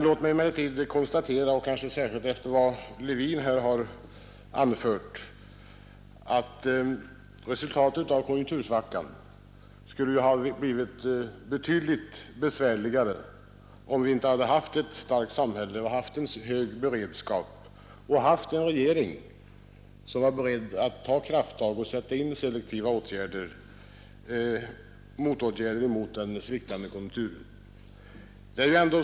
Låt mig emellertid konstatera — särskilt efter vad herr Levin här har anfört — att resultatet av konjunktursvackan hade blivit betydligt besvärligare, om vi inte hade haft ett starkt samhälle med hög beredskap och haft en regering som var beredd att ta krafttag och sätta in selektiva motåtgärder mot den sviktande konjunkturen.